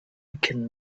can